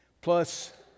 plus